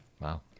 Wow